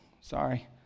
sorry